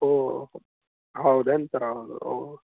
ಓ ಹೌದೇನು ಸರ್ ಹೌದು ಓ